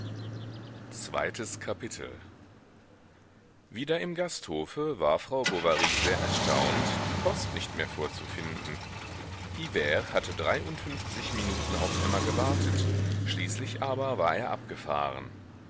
zweites kapitel wieder im gasthofe war frau bovary sehr erstaunt die post nicht mehr vorzufinden hivert hatte dreiundfünfzig minuten auf emma gewartet schließlich aber war er abgefahren